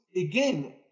again